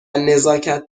نزاکت